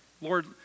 Lord